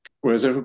Whereas